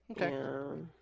Okay